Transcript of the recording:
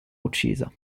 uccisa